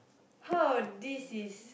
heard this is